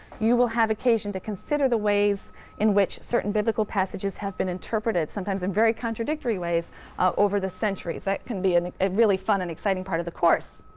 you will have occasion to consider the ways in which certain biblical passages have been interpreted sometimes in very contradictory ways over the centuries. that can be a really fun and exciting part of the course.